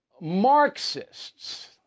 Marxists